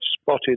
spotted